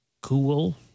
cool